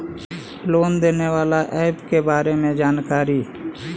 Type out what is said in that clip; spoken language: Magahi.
लोन देने बाला ऐप के बारे मे जानकारी?